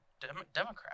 Democrat